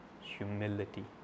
humility